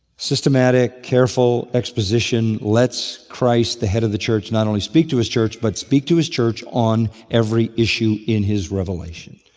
systematic careful exposition lets christ, the head of the church, not only speak to his church but to speak to his church on every issue in his revelation.